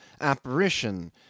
apparition